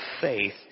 faith